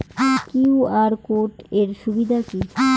QR code এর সুবিধা কি?